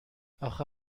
آخه